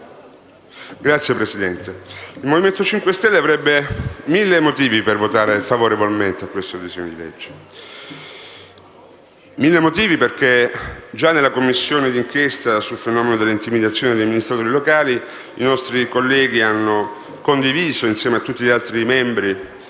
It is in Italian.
Signor Presidente, il Movimento 5 Stelle avrebbe mille motivi per votare favorevolmente a questo disegno di legge. Già nella Commissione d'inchiesta sul fenomeno delle intimidazioni agli amministratori locali i nostri colleghi hanno condiviso, insieme a tutti gli altri membri,